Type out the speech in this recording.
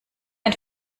ein